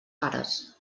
pares